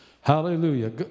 Hallelujah